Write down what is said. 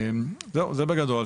זהו, זה בגדול.